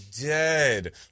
dead